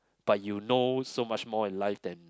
but you know so much more in life than